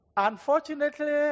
Unfortunately